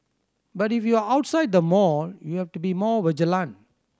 but if you are outside the mall you have to be more vigilant